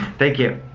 thank you.